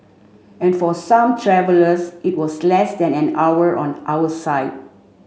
and for some travellers it was less than an hour on our side